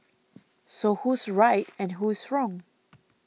so who's right and who's wrong